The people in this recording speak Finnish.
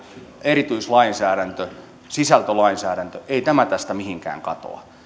erityislainsäädäntö sisältölainsäädäntö tästä mihinkään katoa